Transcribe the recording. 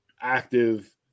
active